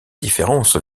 différence